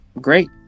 great